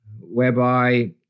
whereby